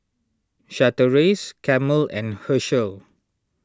Chateraise Camel and Herschel